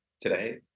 today